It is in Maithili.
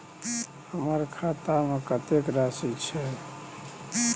हमर खाता में कतेक राशि छै?